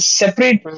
separate